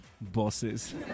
bosses